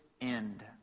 end